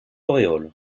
auréole